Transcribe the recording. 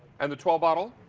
and the twelve bottle?